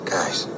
Guys